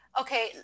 Okay